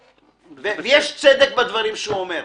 ויש צדק בדברים שהוא אומר.